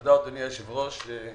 תודה אדוני היושב ראש.